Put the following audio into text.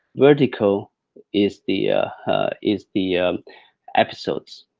vertical is the ah is the episodes.